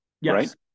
yes